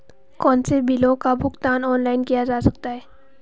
कौनसे बिलों का भुगतान ऑनलाइन किया जा सकता है?